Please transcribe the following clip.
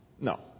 No